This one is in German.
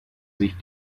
sich